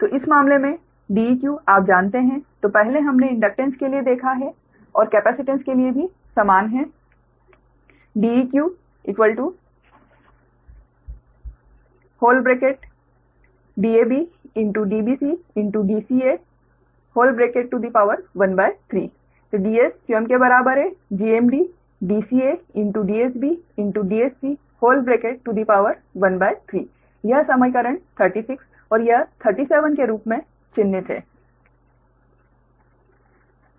तो इस मामले में Deq आप जानते हैं कि पहले हमने इंडक्टेन्स के लिए देखा है और कैपेसिटेंस के लिए भी समान है DeqDabDbcDca13 Ds स्वयं के बराबर है GMD DsaDsbDsc13 यह समीकरण 36 और यह 37 के रूप में चिह्नित है